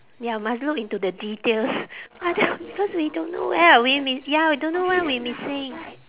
ya must look into the details but then because we don't know where are we miss~ ya we don't know where we missing